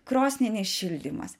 krosninis šildymas